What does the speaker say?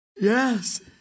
Yes